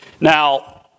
Now